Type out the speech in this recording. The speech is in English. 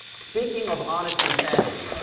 speaking of honest insanity,